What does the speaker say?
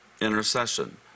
intercession